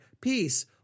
peace